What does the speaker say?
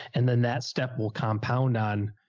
and then that step will compound on.